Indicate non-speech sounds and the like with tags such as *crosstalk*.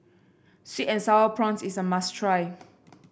sweet and sour prawns is a must try *noise*